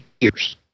years